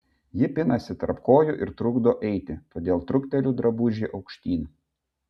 ji pinasi tarp kojų ir trukdo eiti todėl trukteliu drabužį aukštyn